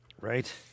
right